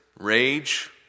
rage